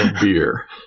beer